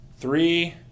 three